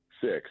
six